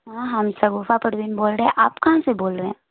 ہاں ہم شگوفہ پروین بول رہے ہیں آپ کہاں سے بول رہے ہیں